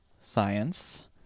science